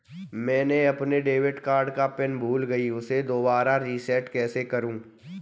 मैंने अपने debit card का पिन भूल गई, उसे दोबारा रीसेट कैसे करूँ?